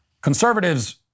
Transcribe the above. Conservatives